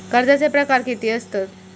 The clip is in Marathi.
कर्जाचे प्रकार कीती असतत?